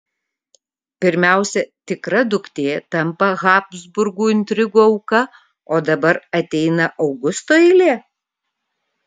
pirmiausia tikra duktė tampa habsburgų intrigų auka o dabar ateina augusto eilė